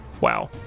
Wow